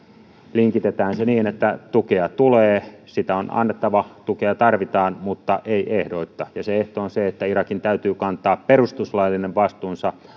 linkitetään se niin että tukea tulee sitä on annettava tukea tarvitaan mutta ei ehdoitta ja ehto on se että irakin täytyy kantaa perustuslaillinen vastuunsa